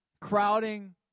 crowding